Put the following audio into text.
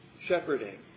shepherding